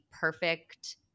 perfect